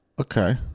okay